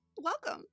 welcome